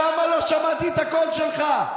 למה לא שמעתי את הקול שלך?